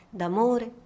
d'amore